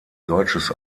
deutsches